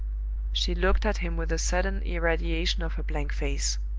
she looked at him with a sudden irradiation of her blank face.